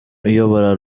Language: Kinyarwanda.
uyobora